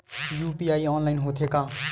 UPI online होथे का?